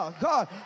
God